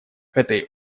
этой